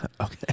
Okay